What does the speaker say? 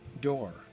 door